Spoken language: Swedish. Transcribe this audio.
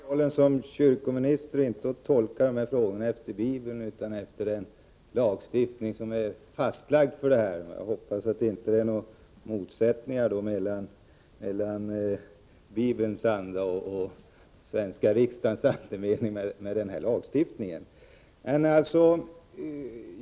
Herr talman! Jag har i rollen som kyrkominister inte att tolka dessa frågor efter Bibeln, utan efter den lagstiftning som här är fastlagd. Jag hoppas att det inte är några motsättningar mellan Bibelns anda och andemeningen i riksdagens lagstiftning.